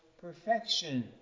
perfection